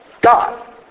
God